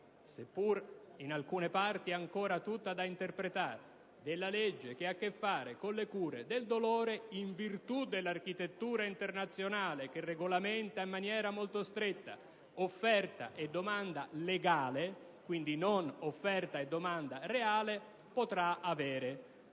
seppure in alcune parti ancora tutta da interpretare, della legge che ha a che fare con le cure del dolore in virtù dell'architettura internazionale che regolamenta in maniera molto stretta offerta e domanda legale (quindi non offerta e domanda reale). Siccome